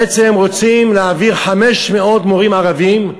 בעצם רוצים להעביר 500 מורים ערבים,